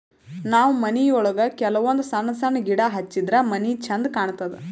ನಾವ್ ಮನಿಯೊಳಗ ಕೆಲವಂದ್ ಸಣ್ಣ ಸಣ್ಣ ಗಿಡ ಹಚ್ಚಿದ್ರ ಮನಿ ಛಂದ್ ಕಾಣತದ್